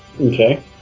Okay